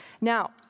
Now